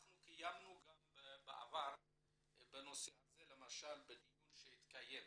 אנחנו קיימנו גם בעבר בנושא הזה למשל בדיון שהתקיים